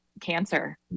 cancer